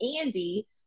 Andy